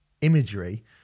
imagery